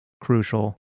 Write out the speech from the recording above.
crucial